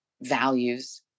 values